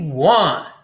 One